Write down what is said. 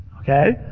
Okay